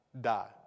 die